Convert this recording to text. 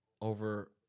over